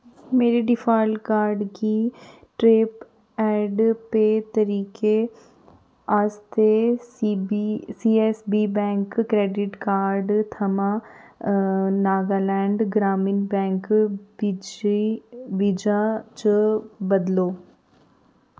मेरे default card गी tap and pay तरीके आस्तै CB CSB bank credit card थमां नागालैंड ग्रामीण बैंक विजे वीजा च बदलो